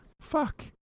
Fuck